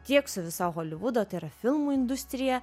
tiek su visa holivudo tai yra filmų industrija